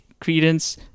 Credence